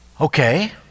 Okay